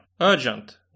Urgent